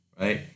right